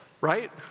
right